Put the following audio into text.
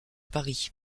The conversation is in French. paris